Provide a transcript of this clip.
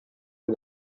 que